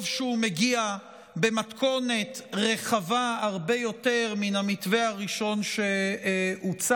טוב שהוא מגיע במתכונת רחבה הרבה יותר מן המתווה הראשון שהוצג,